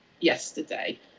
yesterday